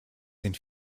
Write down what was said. sind